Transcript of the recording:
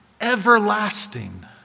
everlasting